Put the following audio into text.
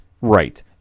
Right